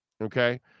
okay